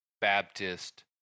Baptist